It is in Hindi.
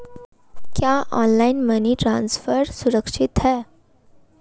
क्या ऑनलाइन मनी ट्रांसफर सुरक्षित है?